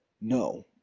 no